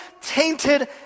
tainted